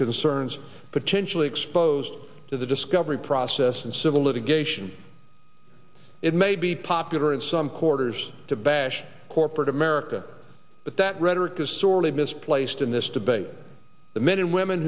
concerns potentially exposed to the discovery process and civil litigation it may be popular in some quarters to bash corporate america but that rhetoric is sorely misplaced in this debate the men and women